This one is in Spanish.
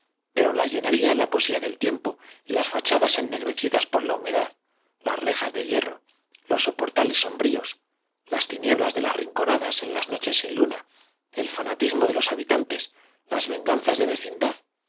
pero las llenaría la poesía del tiempo y las fachadas ennegrecidas por la humedad las rejas de hierro los soportales sombríos las tinieblas de las rinconadas en las noches sin luna el fanatismo de los habitantes las venganzas de vecindad